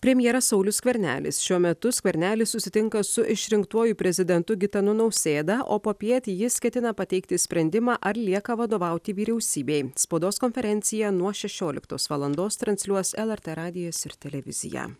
premjeras saulius skvernelis šiuo metu skvernelis susitinka su išrinktuoju prezidentu gitanu nausėda o popiet jis ketina pateikti sprendimą ar lieka vadovauti vyriausybei spaudos konferenciją nuo šešioliktos valandos transliuos lrt radijas ir televizija